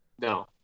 No